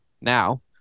Now